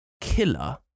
killer